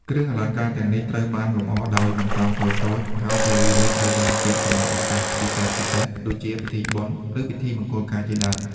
គ្រឿងអលង្ការទាំងនេះអាចត្រូវបានលម្អដោយបន្តោងតូចៗ ហើយជារឿយៗត្រូវបានពាក់សម្រាប់ឱកាសពិសេសៗ ដូចជាពិធីបុណ្យ ឬពិធីមង្គលការជាដើម។